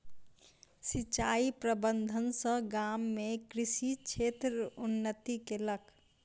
सिचाई प्रबंधन सॅ गाम में कृषि क्षेत्र उन्नति केलक